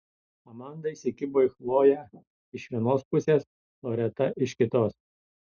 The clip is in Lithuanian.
amanda įsikibo į chloję iš vienos pusės loreta iš kitos